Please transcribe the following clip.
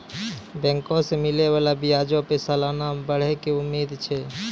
बैंको से मिलै बाला ब्याजो पे सलाना बढ़ै के उम्मीद छै